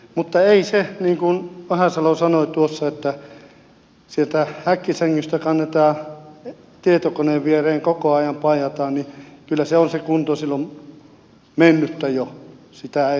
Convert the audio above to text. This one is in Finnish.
mutta jos niin kuin vahasalo sanoi tuossa että sieltä häkkisängystä kannetaan tietokoneen viereen koko ajan paijataan kyllä se on se kunto silloin mennyttä jo sitä ei saada takaisin